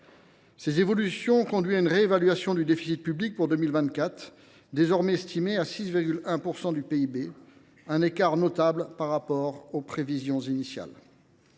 Ces évolutions ont conduit à une réévaluation du déficit public pour 2024, qui est désormais estimé à 6,1 % du PIB ; un écart notable est donc apparu par rapport aux prévisions initiales.